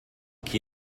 qui